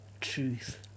truth